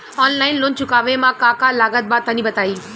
Online loan चुकावे म का का लागत बा तनि बताई?